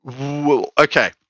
okay